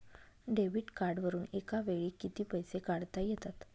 Debit कार्डवरुन एका वेळी किती पैसे काढता येतात?